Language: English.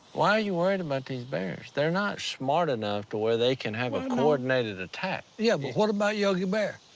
why are you worried about these bears. they're not smart enough to where they can have a coordinated attack. yeah but what about yogi bear?